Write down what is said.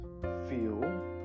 feel